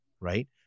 right